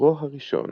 סיפורו הראשון,